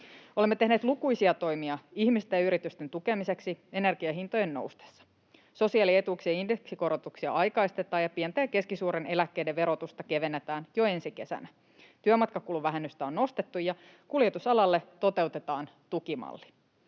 Olemme tehneet lukuisia toimia ihmisten ja yritysten tukemiseksi energianhintojen noustessa: Sosiaalietuuksien indeksikorotuksia aikaistetaan ja pienten ja keskisuurten eläkkeiden verotusta kevennetään jo ensi kesänä. Työmatkakuluvähennystä on nostettu, ja kuljetusalalle toteutetaan tukimalli.